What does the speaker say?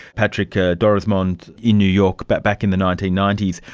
patrick ah dorismond in new york but back in the nineteen ninety s,